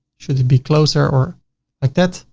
should it be closer or like that?